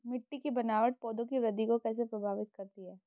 मिट्टी की बनावट पौधों की वृद्धि को कैसे प्रभावित करती है?